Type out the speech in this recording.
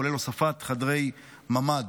כולל הוספת חדרי ממ"ד